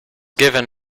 given